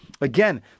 Again